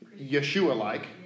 Yeshua-like